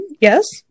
Yes